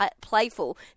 playful